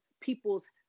people's